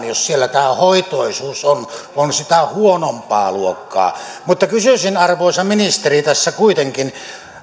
jos siellä tämä hoitoisuus on on sitä huonompaa luokkaa mutta kysyisin arvoisa ministeri tässä kuitenkin